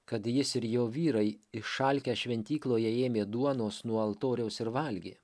kad jis ir jo vyrai išalkę šventykloje ėmė duonos nuo altoriaus ir valgė